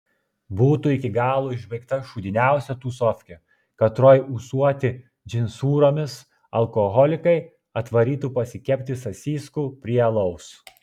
būtų iki galo išbaigta šūdiniausia tūsofkė katroj ūsuoti džinsūromis alkoholikai atvarytų pasikepti sasyskų prie alaus